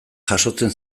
jasotzen